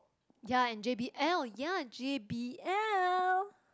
ya in J_B_L ya J_B_L